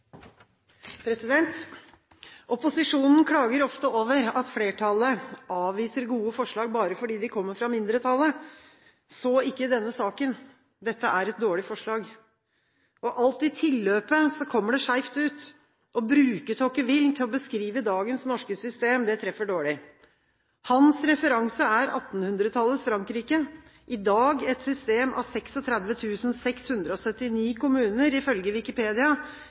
et dårlig forslag. Alt i tilløpet kommer det skjevt ut. Å bruke Tocqueville for å beskrive dagens norske system treffer dårlig. Hans referanse er 1800-tallets Frankrike – i dag et system av 36 679 kommuner ifølge Wikipedia.